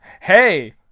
Hey